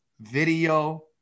video